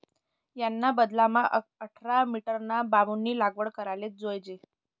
याना बदलामा आठरा मीटरना बांबूनी लागवड कराले जोयजे